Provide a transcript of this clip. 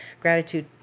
gratitude